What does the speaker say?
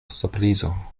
surprizo